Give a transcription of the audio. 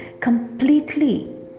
completely